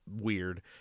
weird